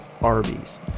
Arby's